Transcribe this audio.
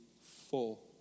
full